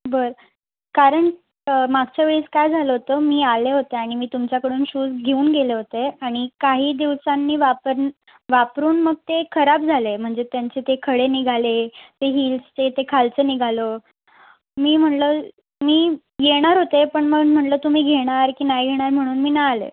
बरं कारण मागच्या वेळेस काय झालं होतं मी आले होते आणि मी तुमच्याकडून शूज घेऊन गेले होते आणि काही दिवसांनी वापर वापरून मग ते खराब झाले म्हणजे त्यांचे ते खडे निघाले ते हिल्स ते ते खालचं निघालं मी म्हणलं मी येणार होते पण मन म्हणलं तुम्ही घेणार की नाही घेणार म्हणून मी नाही आले